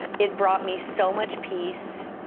it brought me so much peace,